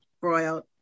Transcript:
broiled